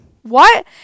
What